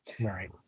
Right